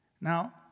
Now